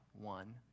one